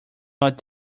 not